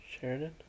Sheridan